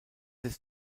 ist